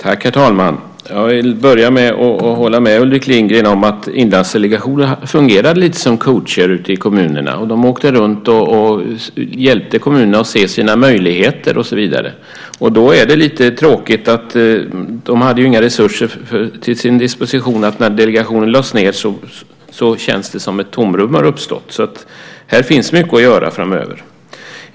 Herr talman! Jag vill börja med att säga att jag håller med Ulrik Lindgren om att Inlandsdelegationen fungerade lite grann som coach ute i kommunerna. Den åkte runt och hjälpte kommunerna att bland annat se de möjligheter som fanns. Därför är det tråkigt att delegationen inte hade några resurser till sin disposition, och sedan den lades ned känns det som om det uppstått ett tomrum. Här finns alltså mycket att göra.